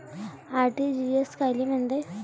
RTGS कायले म्हनते?